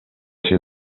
she